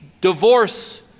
divorce